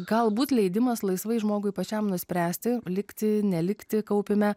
galbūt leidimas laisvai žmogui pačiam nuspręsti likti nelikti kaupime